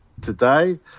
today